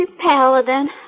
Paladin